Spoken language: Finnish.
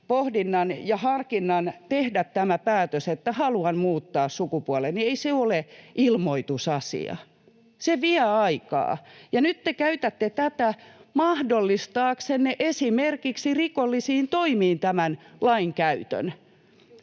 pohdinnan ja harkinnan tehdä tämä päätös, että haluan muuttaa sukupuoleni. Ei se ole ilmoitusasia, se vie aikaa, ja nyt te käytätte tätä mahdollistaaksenne esimerkiksi rikollisiin toimiin tämän lain käytön.